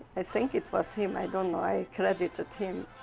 i think it was him. i don't know i credit it him.